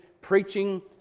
preaching